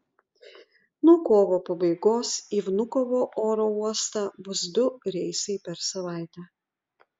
nuo kovo pabaigos į vnukovo oro uostą bus du reisai per savaitę